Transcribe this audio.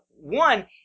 One